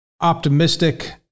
optimistic